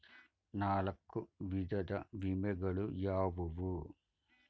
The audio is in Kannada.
ನಾಲ್ಕು ವಿಧದ ವಿಮೆಗಳು ಯಾವುವು?